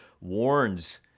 warns